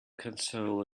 console